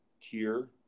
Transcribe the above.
tier